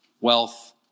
wealth